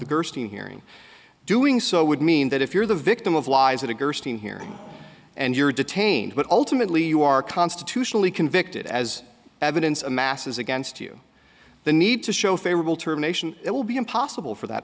gerstein hearing doing so would mean that if you're the victim of lies that are gerstein here and you're detained but ultimately you are constitutionally convicted as evidence amasses against you the need to show favorable terminations it will be impossible for that